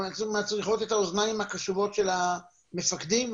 מצריכות את האזניים הקשובות של המפקדים,